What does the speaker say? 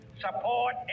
support